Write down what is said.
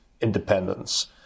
independence